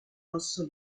rosso